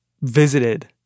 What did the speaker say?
visited